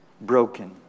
broken